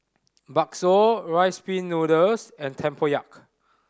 bakso Rice Pin Noodles and tempoyak